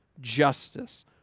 justice